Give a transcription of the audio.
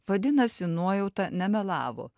vadinasi nuojauta nemelavo